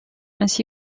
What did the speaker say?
ainsi